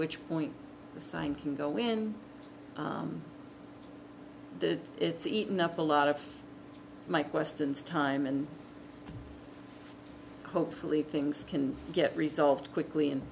which point the sign can go when it's eaten up a lot of my questions time and hopefully things can get resolved quickly and